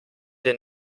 den